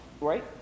right